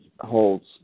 holds